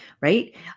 Right